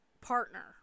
partner